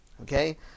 Okay